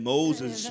Moses